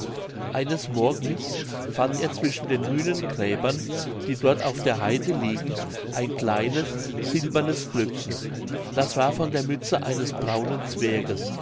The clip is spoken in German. eines morgens fand er zwischen den hühnengräbern die dort auf der haide liegen ein kleines silbernes glöckchen das war von der mütze eines braunen zwerges